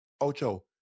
Ocho